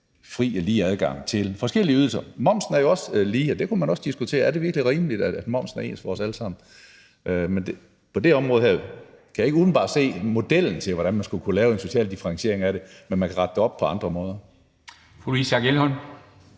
fri og lige adgang til forskellige ydelser. Momsen er jo også lige, og det kunne man også diskutere: Er det virkelig rimeligt, at momsen er ens for os alle sammen? Men på det her område kan jeg ikke umiddelbart se modellen til, hvordan man skulle kunne lave en social differentiering af det. Men man kan rette det op på andre måder. Kl.